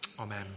Amen